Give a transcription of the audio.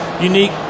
unique